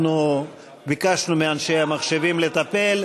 אנחנו ביקשנו מאנשי המחשבים לטפל.